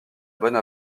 bonne